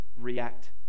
react